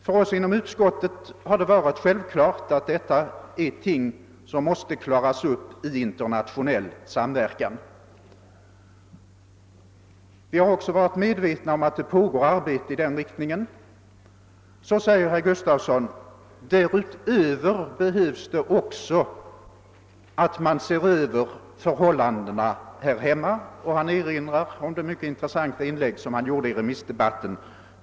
För oss inom utskottet har det varit självklart att detta är ting som måste klaras upp i internationell samverkan, och vi har också varit medvetna om att arbete i den riktningen pågår. Så säger herr Gustafson, att det därutöver också behövs att man ser över förhållandena här hemma, och han erinrar om det mycket intressanta inlägg som han gjorde i remissdebatten.